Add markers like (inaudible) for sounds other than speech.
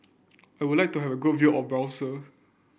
I would like to have a good view of (unintelligible)